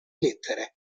lettere